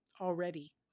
already